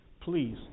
please